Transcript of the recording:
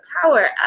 power